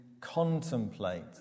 contemplate